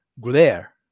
glare